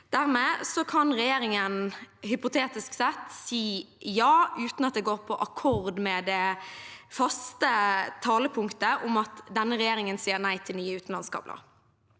Dermed kan regjeringen hypotetisk sett si ja uten at det går på akkord med det faste talepunktet om at denne regjeringen sier nei til nye utenlandskabler.